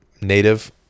native